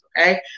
Okay